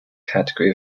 category